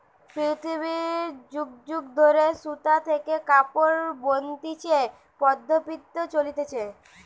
পৃথিবীতে যুগ যুগ ধরে সুতা থেকে কাপড় বনতিছে পদ্ধপ্তি চলতিছে